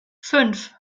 fünf